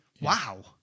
Wow